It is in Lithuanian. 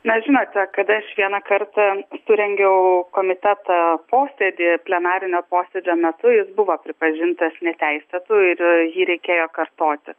na žinote kad aš vieną kartą surengiau komiteto posėdį plenarinio posėdžio metu jis buvo pripažintas neteisėtu ir jį reikėjo kartoti